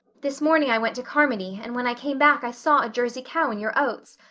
this morning i went to carmody and when i came back i saw a jersey cow in your oats.